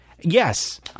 Yes